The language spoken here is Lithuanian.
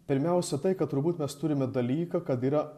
pirmiausia tai kad turbūt mes turime dalyką kad yra